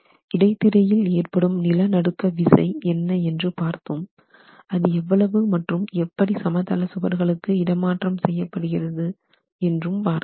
இடைத்திரையில் ஏற்படும் நில நடுக்க விசை என்ன என்று பார்த்தோம் அது எவ்வளவு மற்றும் எப்படி சமதள சுவர்களுக்கு இடமாற்றம் செய்ய படுகிறது என்று பார்த்தோம்